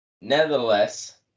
Nevertheless